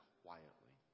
quietly